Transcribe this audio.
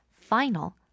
final